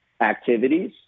activities